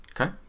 Okay